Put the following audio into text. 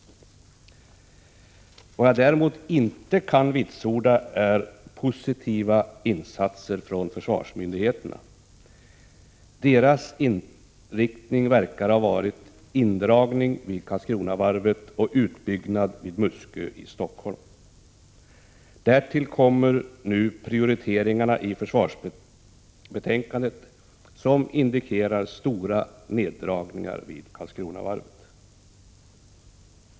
Vad jag däremot inte kan vitsorda är att några positiva insatser från försvarsmyndigheterna gjorts. Deras inriktning verkar i stället ha gällt indragning vid Karlskronavarvet och utbyggnad vid Muskö i Stockholm. Därtill kommer nu prioriteringarna i försvarsutskottets betänkande, som indikerar stora neddragningar vid Karlskronavarvet.